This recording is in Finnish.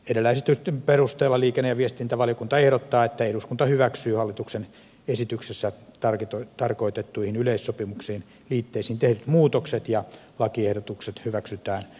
edellä esitetyn perusteella liikenne ja viestintävaliokunta ehdottaa että eduskunta hyväksyy hallituksen esityksessä tarkoitettuihin yleissopimuksen liitteisiin tehdyt muutokset ja lakiehdotukset hyväksytään muuttamattomina